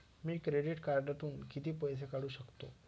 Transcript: मी credit कार्डातून किती पैसे काढू शकतो?